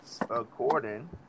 according